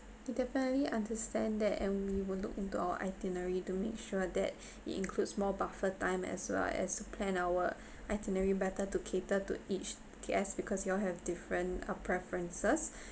definitely understand that and we will look into our itinerary to make sure that it includes more buffer time as well as plan our itinerary better to cater to each guest because you all have different uh preferences